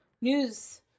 news